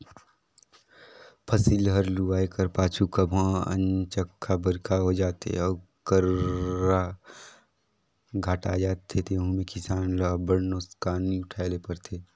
फसिल हर लुवाए कर पाछू कभों अनचकहा बरिखा होए जाथे अउ गर्रा घांटा आए जाथे तेहू में किसान ल अब्बड़ नोसकानी उठाए ले परथे